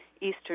eastern